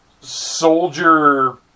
soldier